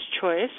Choice